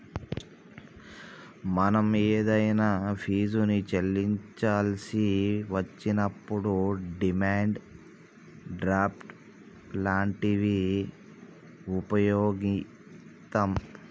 మనం ఏదైనా ఫీజుని చెల్లించాల్సి వచ్చినప్పుడు డిమాండ్ డ్రాఫ్ట్ లాంటివి వుపయోగిత్తాం